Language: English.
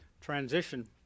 transition